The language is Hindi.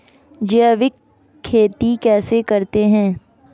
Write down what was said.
जैविक खेती कैसे करते हैं?